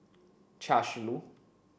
Chia Shi Lu